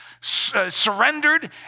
surrendered